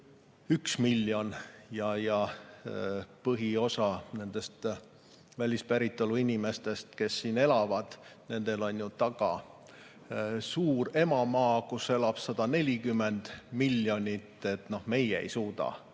1 miljon. Põhiosal nendest välispäritolu inimestest, kes siin elavad, on ju taga suur emamaa, kus elab 140 miljonit. Meie ei suuda